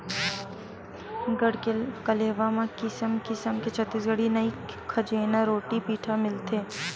गढ़कलेवा म किसम किसम के छत्तीसगढ़ी खई खजेना, रोटी पिठा मिलथे